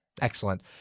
Excellent